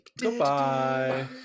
Goodbye